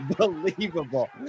unbelievable